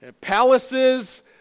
Palaces